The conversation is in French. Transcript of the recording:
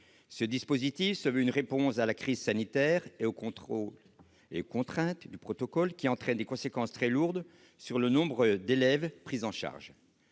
Il est conçu comme une réponse à la crise sanitaire et aux contraintes du protocole, qui entraînent des conséquences très lourdes quant au nombre d'élèves pris en charge.